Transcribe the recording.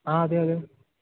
ആ അതെ അതെ